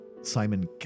Simon